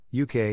UK